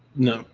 no.